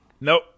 nope